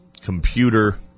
computer